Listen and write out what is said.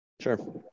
Sure